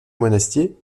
monastier